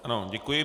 Ano, děkuji.